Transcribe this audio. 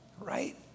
right